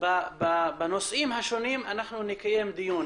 בנושאים השונים נקיים דיון,